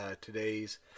today's